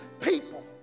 people